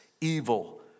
evil